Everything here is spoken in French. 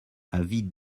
avis